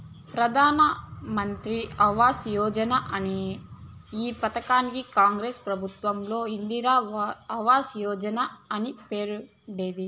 ప్రధాన్ మంత్రి ఆవాస్ యోజన అనే ఈ పథకానికి కాంగ్రెస్ ప్రభుత్వంలో ఇందిరా ఆవాస్ యోజన అనే పేరుండేది